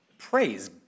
Praise